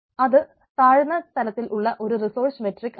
അത് താഴ്ന്ന തലത്തിലുള്ള ഒരു റിസോഴ്സ് മെട്രിക് ആണ്